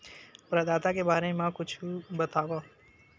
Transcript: प्रदाता के बारे मा कुछु बतावव?